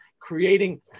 Creating